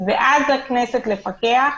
ואז לכנסת לפקח